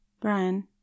Brian